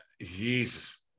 Jesus